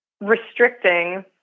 restricting